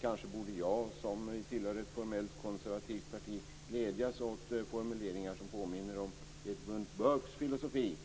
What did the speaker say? Kanske borde jag som tillhör ett formellt konservativt parti glädjas åt formuleringar som påminner om Edmund Burkes filosofi